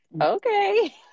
okay